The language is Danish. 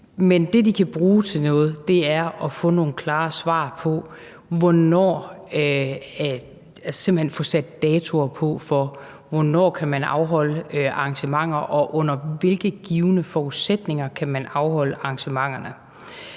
Men det, de kan bruge til noget, er at få nogle klare svar og simpelt hen få sat datoer på, hvornår man kan afholde arrangementer, og under hvilke givne forudsætninger man kan afholde arrangementerne.